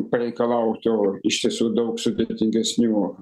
pareikalautų iš tiesų daug sudėtingesnių